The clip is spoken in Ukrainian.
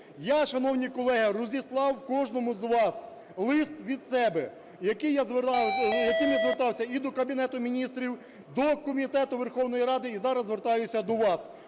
Я, шановні колеги, розіслав кожному з вас лист від себе, яким я звертався і до Кабінету Міністрів, до Комітету Верховної Ради і зараз звертаюся до вас.